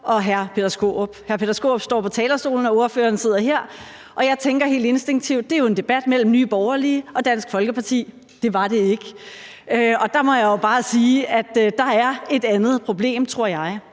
og hr. Peter Skaarup. Hr. Peter Skaarup står på talerstolen, og ordføreren sidder her, og jeg tænker helt instinktivt: Det er jo en debat mellem Nye Borgerlige og Dansk Folkeparti. Det var det ikke. Og der må jeg jo bare sige, at der er et andet problem, tror jeg.